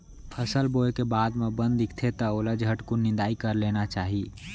फसल बोए के बाद म बन दिखथे त ओला झटकुन निंदाई कर लेना चाही